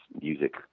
music